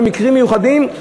במקרים מיוחדים,